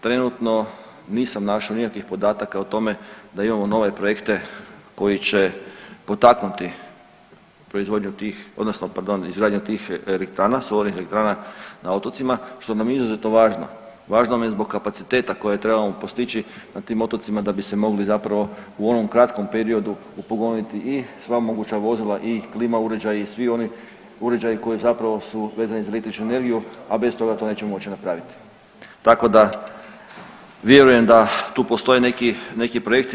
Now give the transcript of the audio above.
Trenutno nisam našao nikakvih podataka o tome da imamo nove projekte koji će potaknuti proizvodnju tih odnosno pardon izgradnja tih elektrana, solarnih elektrana na otocima, što nam je izuzetno važno, važno nam je zbog kapaciteta koje trebamo postići na tim otocima da bi se mogli zapravo u ovom kratkom periodu upogoniti i sva moguća vozila i klima uređaji i svi oni uređaji koji zapravo su vezani za električnu energiju, a bez toga to neće moći napraviti, tako da vjerujem da tu postoje neki, neki projekti.